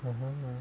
oh